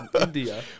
India